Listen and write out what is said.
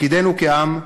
תפקידנו כעם,